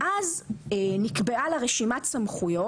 אז נקבעה לה רשימת סמכויות,